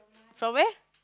from where